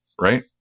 right